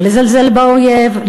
לא לזלזל באויב,